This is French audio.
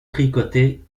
tricoter